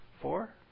Four